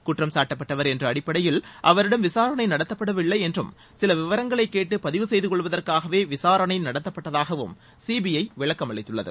குற்றம்சாட்டப்பட்டவர் என்ற அடிப்படையில் அவரிடம் விசாரணை நடத்தப்படவில்லை என்றும் சில விவரங்களை கேட்டு பதிவு செய்துகொள்வதற்காகவே விசாரணை நடத்தப்பட்டதாகவும் சிபிஐ விளக்கம் அளித்துள்ளது